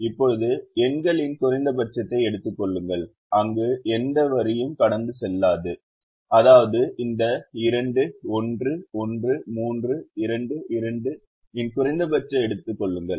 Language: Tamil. இப்போது எண்களின் குறைந்தபட்சத்தை எடுத்துக் கொள்ளுங்கள் அங்கு எந்த வரியும் கடந்து செல்லாது அதாவது இந்த 2 1 1 3 2 2 இன் குறைந்தபட்சத்தை எடுத்துக் கொள்ளுங்கள்